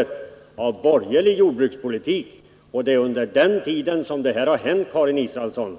haft en borgerlig jordbrukspolitik, och det är under denna tid som det här har hänt, Karin Israelsson.